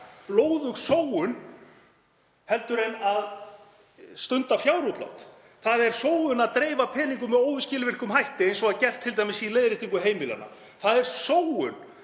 blóðug sóun en að stunda fjárútlát. Það er sóun að dreifa peningum með óskilvirkum hætti eins og var gert t.d. í leiðréttingu til heimilanna. Það er sóun